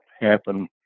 happen